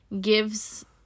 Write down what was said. gives